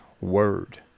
Word